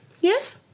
Yes